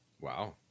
Wow